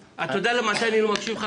אתה יודע מתי אני לא מקשיב לך?